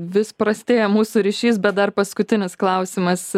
vis prastėja mūsų ryšys bet dar paskutinis klausimas